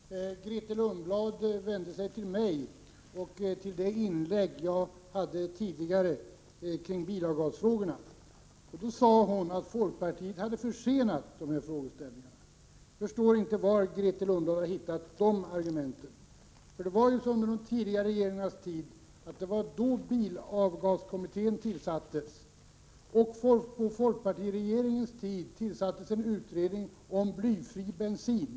Herr talman! Grethe Lundblad vände sig mot det inlägg jag gjorde tidigare kring bilavgasfrågorna och sade att folkpartiet hade försenat behandlingen av dessa. Jag förstår inte var Grethe Lundblad har hittat det argumentet. Det var under de tidigare regeringarnas tid som bilavgaskommittén tillsattes, och folkpartiregeringen tillsatte också en utredning om blyfri bensin.